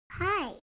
Hi